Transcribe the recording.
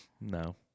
No